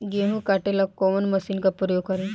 गेहूं काटे ला कवन मशीन का प्रयोग करी?